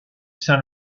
saint